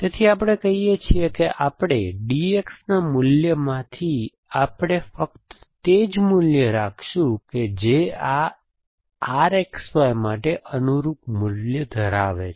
તેથી આપણે કહીએ છીએ કે આપણે DX ના મૂલ્યો માંથી આપણે ફક્ત તે જ મૂલ્યો રાખીશું કે જે આ RX Y માટે અનુરૂપ મૂલ્ય ધરાવે છે